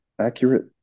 accurate